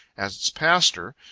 as its pastor,